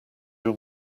your